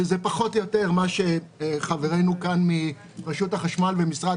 שזה פחות או יותר מה שחברינו מרשות החשמל ומשרד